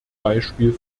beispiel